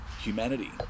humanity